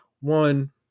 one